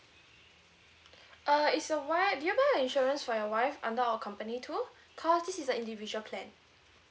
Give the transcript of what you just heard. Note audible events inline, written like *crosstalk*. *breath* uh is your wife did you buy insurance for your wife under our company too *breath* cause this is a individual plan